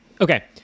okay